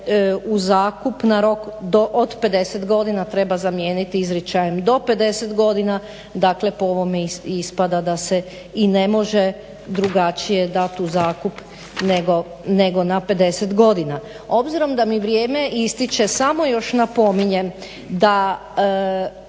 u zakup na rok od 50 godina treba zamijeniti izričajem do 50 dakle po ovome ispada da se i ne može drugačije dati u zakup nego na 50 godina. Obzirom da mi vrijeme ističe samo još napominjem da